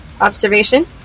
Observation